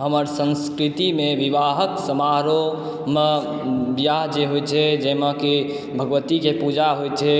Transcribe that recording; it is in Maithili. हमर संस्कृतिमे विवाहक समारोहम बियाह जे होइ छै जेनाकि भगवतीके पूजा होइत छै